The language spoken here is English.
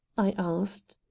i asked.